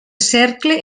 cercle